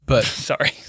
Sorry